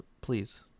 Please